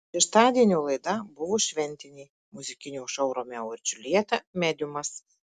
šeštadienio laida buvo šventinė muzikinio šou romeo ir džiuljeta mediumas